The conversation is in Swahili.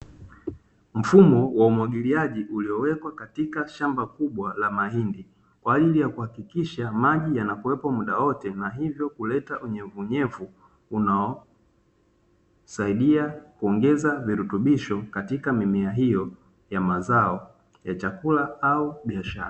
Mfumo wa umwagiliaji uliowekwa katika shamba kubwa la mahindi, kwa ajili ya kuhakikisha maji yanakuwepo muda wote, na hivyo kuleta unyevuunyevu, unaosaidia kuongeza virutubisho katika mimea hiyo ya mazao ya chakula au biashara.